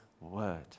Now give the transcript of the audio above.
word